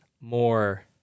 more